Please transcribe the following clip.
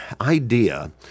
idea